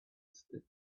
distance